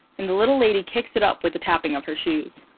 and the little lady kicks it up with the tapping of her shoes.